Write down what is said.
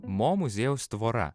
mo muziejaus tvora